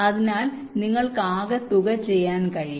അതിനാൽ നിങ്ങൾക്ക് ആകെ തുക ചെയ്യാൻ കഴിയും